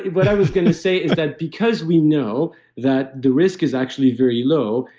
what i was going to say is that because we know that the risk is actually very low,